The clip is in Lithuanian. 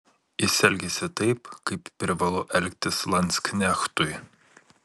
jis elgėsi taip kaip privalu elgtis landsknechtui